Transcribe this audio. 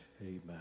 Amen